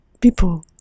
people